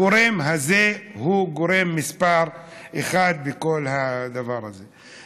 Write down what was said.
הגורם הזה הוא גורם מספר אחת בכל הדבר הזה.